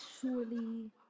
surely